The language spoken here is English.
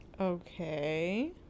okay